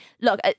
look